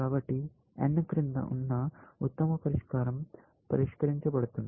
కాబట్టి n క్రింద ఉన్న ఉత్తమ పరిష్కారం పరిష్కరించబడుతుంది